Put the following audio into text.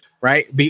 right